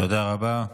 תודה רבה.